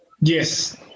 Yes